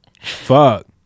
Fuck